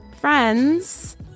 friends